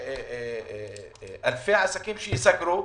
אלפי עסקים שייסגרו.